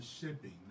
shipping